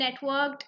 networked